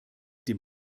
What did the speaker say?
dem